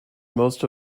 most